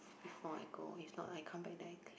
before I go if not I come back